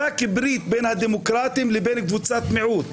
רק ברית בין הדמוקרטים לבין קבוצת מיעוט,